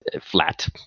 flat